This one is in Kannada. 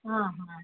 ಹಾಂ ಹಾಂ